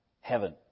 heaven